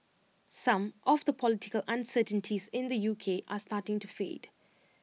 some of the political uncertainties in the U K are starting to fade